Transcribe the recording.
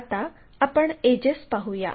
आता आपण एडजेस पाहूया